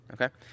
Okay